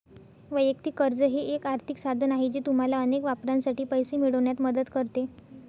वैयक्तिक कर्ज हे एक आर्थिक साधन आहे जे तुम्हाला अनेक वापरांसाठी पैसे मिळवण्यात मदत करते